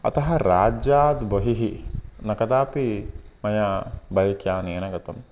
अतः राज्याद्बहिः न कदापि मया बैक् यानेन गतं